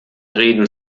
reden